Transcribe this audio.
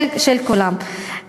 של כולם.